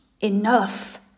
enough